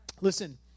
Listen